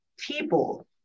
people